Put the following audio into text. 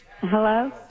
Hello